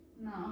no